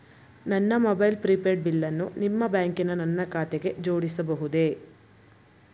ನನ್ನ mobile prepaid ಬಿಲ್ಲನ್ನು ನಿಮ್ಮ ಬ್ಯಾಂಕಿನ ನನ್ನ ಖಾತೆಗೆ ಜೋಡಿಸಬಹುದೇ?